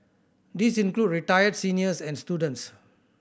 these include retired seniors and students